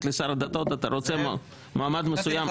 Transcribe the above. לשר הדתות: אתה רוצה מועמד מסוים --- זאב,